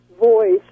voice